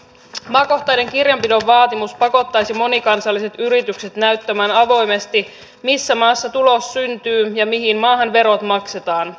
maakohtaisen kirjanpidon vaatimus pakottaisi monikansalliset yritykset näyttämään avoimesti missä maassa tulos syntyy ja mihin maahan verot maksetaan